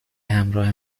همراه